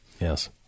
Yes